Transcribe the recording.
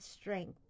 strength